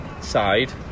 side